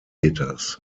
hitters